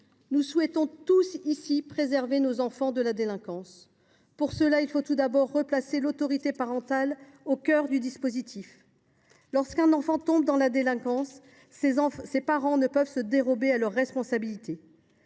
Nous souhaitons tous ici préserver nos enfants de la délinquance. Pour cela, il faut tout d’abord replacer l’autorité parentale au cœur du dispositif. Lorsqu’un enfant tombe dans la délinquance, ses parents ne peuvent se dérober à leurs responsabilités.